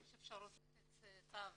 יש אפשרות לתת צו